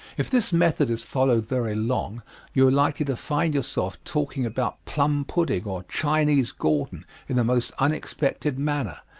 if this method is followed very long you are likely to find yourself talking about plum pudding or chinese gordon in the most unexpected manner,